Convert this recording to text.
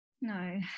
No